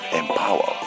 empower